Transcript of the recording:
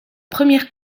première